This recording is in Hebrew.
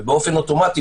ובאופן אוטומטי,